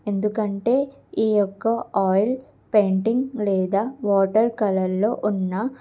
ఎందుకంటే ఈ యొక్క ఆయిల్ పెయింటింగ్ లేదా వాటర్ కలర్లో ఉన్న